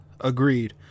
Agreed